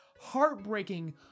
heartbreaking